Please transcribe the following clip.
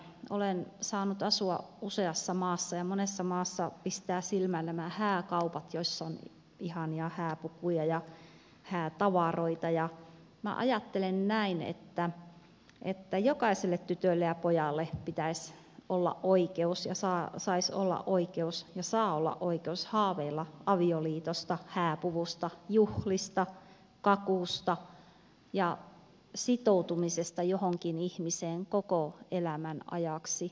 olen saanut asua useassa maassa ja monessa maassa pistävät silmään nämä hääkaupat joissa on ihania hääpukuja ja häätavaroita ja minä ajattelen näin että jokaisella tytöllä ja pojalla pitäisi saisi ja saa olla oikeus haaveilla avioliitosta hääpuvusta juhlista kakusta ja sitoutumisesta johonkin ihmiseen koko elämän ajaksi